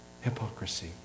Hypocrisy